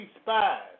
spies